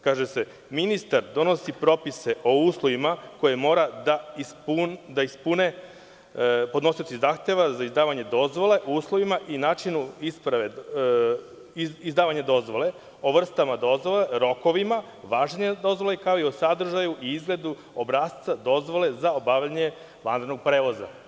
Kaže se – ministar donosi propise o uslovima koje mora da ispune podnosioci zahteva za izdavanje dozvola o uslovima i načinu izdavanja dozvole, o vrstama dozvole, rokovima, važenja dozvole kao i o sadržaju i izgledu obrasca, dozvole za obavljanje vanrednog prevoza.